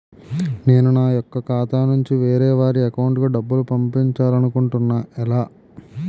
నేను నా యెక్క ఖాతా నుంచి వేరే వారి అకౌంట్ కు డబ్బులు పంపించాలనుకుంటున్నా ఎలా?